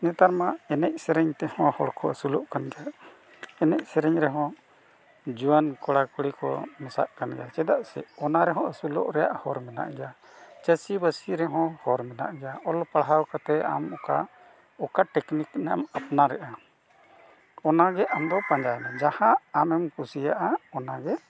ᱱᱮᱛᱟᱨᱢᱟ ᱮᱱᱮᱡ ᱥᱮᱨᱮᱧ ᱛᱮᱦᱚᱸ ᱦᱚᱲ ᱠᱚ ᱟᱹᱥᱩᱞᱚᱜ ᱠᱟᱱ ᱜᱮᱭᱟ ᱮᱱᱮᱡ ᱥᱮᱨᱮᱧ ᱨᱮᱦᱚᱸ ᱡᱩᱣᱟᱹᱱ ᱠᱚᱲᱟ ᱠᱩᱲᱤ ᱠᱚ ᱢᱮᱥᱟᱜ ᱠᱟᱱ ᱜᱮᱭᱟ ᱪᱮᱫᱟᱜ ᱥᱮ ᱚᱱᱟ ᱨᱮᱦᱚᱸ ᱟᱹᱥᱩᱞᱚᱜ ᱨᱮᱱᱟᱜ ᱦᱚᱨ ᱢᱮᱱᱟᱜ ᱜᱮᱭᱟ ᱪᱟᱹᱥᱤ ᱵᱟᱹᱥᱤ ᱨᱮᱦᱚᱸ ᱦᱚᱨ ᱢᱮᱱᱟᱜ ᱜᱮᱭᱟ ᱚᱞ ᱯᱟᱲᱦᱟᱣ ᱠᱟᱛᱮᱫ ᱟᱢ ᱚᱠᱟ ᱚᱠᱟ ᱴᱮᱠᱱᱤᱠ ᱮᱢ ᱟᱯᱱᱟᱨᱮᱜᱼᱟ ᱚᱱᱟ ᱜᱮ ᱟᱢ ᱫᱚ ᱯᱟᱸᱡᱟᱭ ᱢᱮ ᱡᱟᱦᱟᱸ ᱟᱢᱮᱢ ᱠᱩᱥᱤᱭᱟᱜᱼᱟ ᱚᱱᱟᱜᱮ